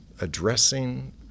addressing